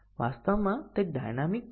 હવે B વિશે શું